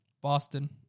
Boston